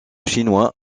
chinois